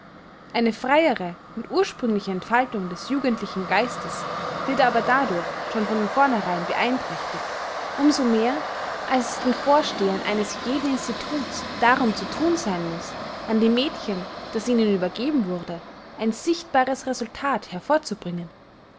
eine freiere und ursprüngliche entfaltung des jugendlichen geistes wird aber dadurch schon von vornherein beeinträchtigt um so mehr als es den vorstehern eines jeden instituts darum zu thun sein muß an dem mädchen das ihnen übergeben wurde ein sichtbares resultat hervorzubringen